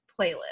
playlist